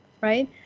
right